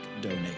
Donate